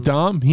Dom